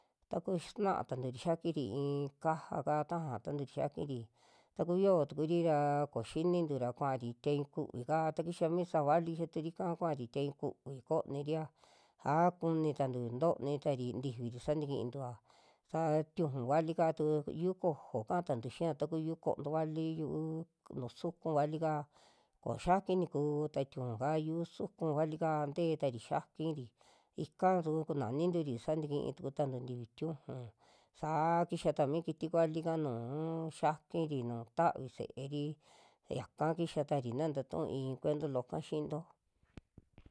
Taku xsina tanturi xiakiri i'i kaja'ka taja tanturi xiakiri, taku yoo tukuri ra koo xinintu ra kuari tiañu kuuvi kaa, takixa mi sa'a vali kixa turika kuaari tiañu kuvi kooniria aa kunitantu ntooni tari ntifiri sa takiintua, sa tiunju vali'ka tu yu'u kojo kaa tantu yu'u konto vali, yu'u nuu suku vali'ka koo xiaki tikuu ta tiunju'ka, tu\a yu'u suku vali'ka te'etari xiakiri ika su kunaninturi sa tikii tukutantu ntifi tiunju, saa kixa tami kiti kuali'ka nu'u xiakiri, nuu taviri se'eri yaka kixa tari na tatu'ui cuento loo ka xi'into.